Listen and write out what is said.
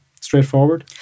straightforward